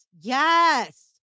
Yes